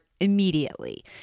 immediately